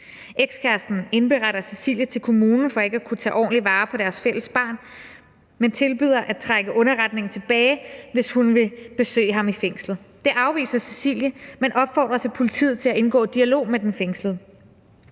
Ekskæresten indberetter Cecilie til kommunen for ikke at kunne tage ordentligt vare på deres fælles barn, men tilbyder at trække underretningen tilbage, hvis hun vil besøge ham i fængslet. Det afviser Cecilie, men opfordres af politiet til at indgå i en dialog med den fængslede.